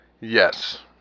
Yes